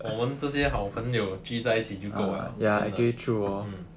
我们这些好朋友聚在一起就够了 okay hmm